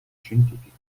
scientifica